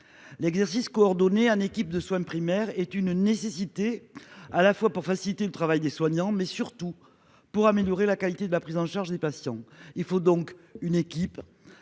L'exercice coordonné un équipe de soins primaires est une nécessité à la fois pour faciliter le travail des soignants, mais surtout pour améliorer la qualité de la prise en charge des patients. Il faut donc une équipe